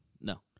No